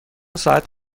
ساعت